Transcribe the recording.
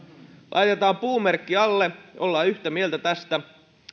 laitetaan puumerkki alle ollaan yhtä mieltä tästä